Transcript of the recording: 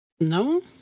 No